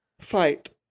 fight